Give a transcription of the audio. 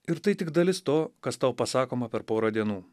ir tai tik dalis to kas tau pasakoma per porą dienų